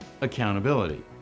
accountability